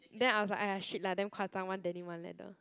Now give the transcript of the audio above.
then I was like !aiya! !shit! lah damn 夸张 one denim one leather